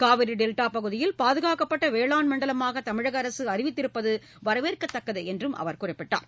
Kaveri delta பகுதியில் பாதுகாக்கப்பட்ட வேளாண் மண்டலமாக தமிழக அரசு அறிவித்திருப்பது வரவேற்கத்தக்கது என்றும் அவர் தெரிவித்தார்